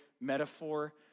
metaphor